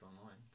Online